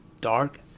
Dark